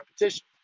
repetition